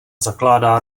zakládá